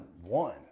one